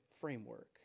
framework